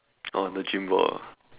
oh the gym ball ah